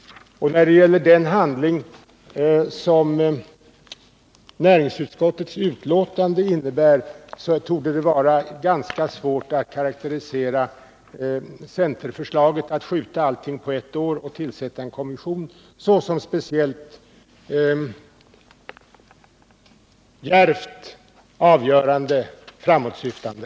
I det dokument som näringsutskottets betänkande är torde det vara ganska svårt att karakterisera centerförslaget, att skjuta allting framåt och tillsätta en kommission, såsom speciellt djärvt, avgörande eller framåtsyftande.